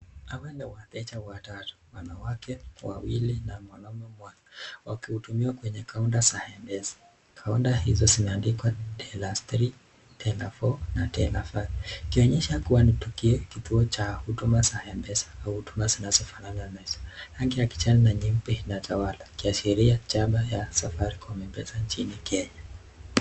hawa ni wateja watatu wanawake wawili na mwanaume moja waki hudumiwa kwa counter za mpesa couters hizo zimeandikwa tellers 3, teller4 na teller 5, ikionyesha kuwa ni kituo cha huduma za mpesa ama huduma zinazo fanana na hizo, rangi za kijani na nyeupe zinatawala zikiashiria chama ya safaricom mpesa nchini Kenya.